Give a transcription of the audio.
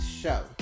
show